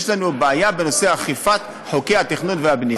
יש לנו בעיה בנושא אכיפת חוקי התכנון והבנייה.